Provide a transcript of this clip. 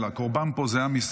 הקורבן פה זה עם ישראל,